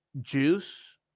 juice